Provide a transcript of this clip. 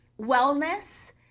wellness